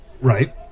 Right